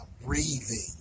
breathing